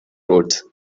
roads